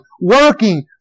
working